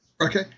Okay